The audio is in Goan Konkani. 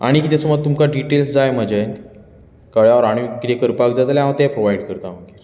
आनी कितें समज तुमकां डिटेल्स जाय म्हजें कळ्ळे आनी कितें करपाक जाय जाल्यार हांव तें प्रोवायड करतां